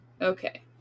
Okay